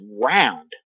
round